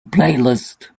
playlist